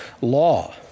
law